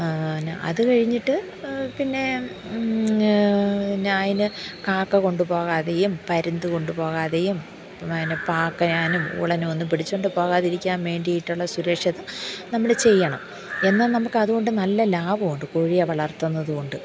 അത് കഴിഞ്ഞിട്ട് പിന്നെ പിന്നെ അതിന് കാക്ക കൊണ്ട് പോകാതെയും പരുന്ത് കൊണ്ടു പോകാതെയും പിന്നെ പാക്കനാനും ഉളനൊന്നും പിടിച്ചു കൊണ്ട് പോകാതിരിക്കാൻ വേണ്ടിയിട്ടുള്ള സുരക്ഷ നമ്മൾ ചെയ്യണം എന്നാൽ നമുക്ക് അതുകൊണ്ട് നല്ല ലാഭം ഉണ്ട് കോഴിയെ വളർത്തുന്നത് കൊണ്ട്